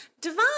Devon